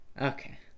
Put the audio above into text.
Okay